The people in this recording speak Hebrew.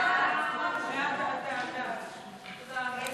ההצעה להעביר את הצעת חוק לפיקוח על איכות